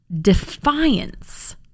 defiance